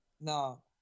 No